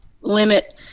limit